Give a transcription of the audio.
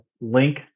link